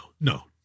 no